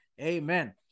Amen